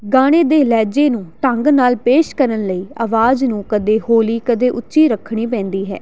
ਗਾਣੇ ਦੇ ਲਹਿਜ਼ੇ ਨੂੰ ਢੰਗ ਨਾਲ ਪੇਸ਼ ਕਰਨ ਲਈ ਆਵਾਜ਼ ਨੂੰ ਕਦੇ ਹੌਲੀ ਕਦੇ ਉੱਚੀ ਰੱਖਣੀ ਪੈਂਦੀ ਹੈ